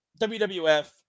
WWF